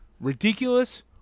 ridiculous